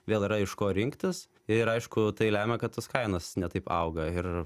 vėl yra iš ko rinktis ir aišku tai lemia kad tos kainos ne taip auga ir